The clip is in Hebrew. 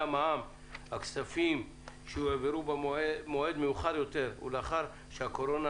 המע"מ --- הכספים שיועברו במועד מאוחר יותר ולאחר שמשבר הקורונה,